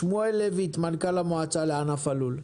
שמואל לויט, מנכ"ל המועצה לענף הלול.